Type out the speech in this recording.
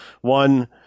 One